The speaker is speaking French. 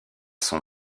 son